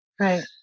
Right